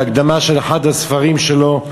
בהקדמה לאחד הספרים שלו,